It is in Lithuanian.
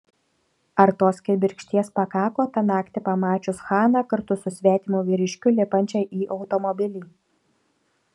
ar tos kibirkšties pakako tą naktį pamačius haną kartu su svetimu vyriškiu lipančią į automobilį